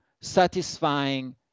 satisfying